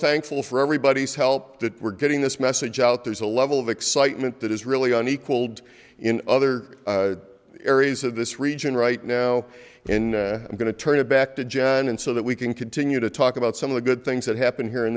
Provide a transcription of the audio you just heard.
thankful for everybody's help that we're getting this message out there's a level of excitement that is really on equalled in other areas of this region right now in going to turn it back to john and so that we can continue to talk about some of the good things that happened here in